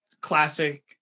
classic